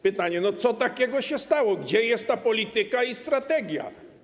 Pytanie, co takiego się stało, gdzie jest ta polityka i strategia?